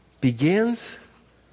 begins